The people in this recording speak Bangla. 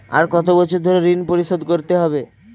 আর কত বছর ধরে ঋণ পরিশোধ করতে হবে?